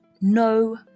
no